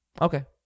Okay